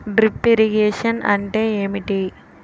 Drip irrigation అంటే ఏమిటి?